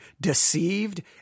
deceived